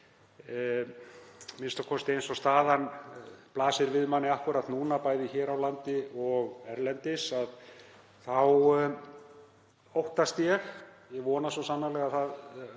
næsta ári. Eins og staðan blasir við manni akkúrat núna, bæði hér á landi og erlendis, óttast ég — ég vona svo sannarlega að það